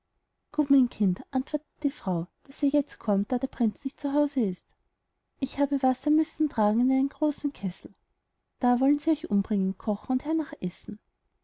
gut mein kind antwortete die frau daß ihr jetzt kommt da der prinz nicht zu haus ist ich habe wasser müssen tragen in einen großen kessel da wollen sie euch umbringen kochen und hernach essen